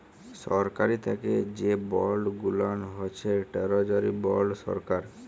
সরকারি থ্যাকে যে বল্ড গুলান হছে টেরজারি বল্ড সরকার